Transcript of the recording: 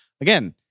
Again